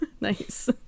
Nice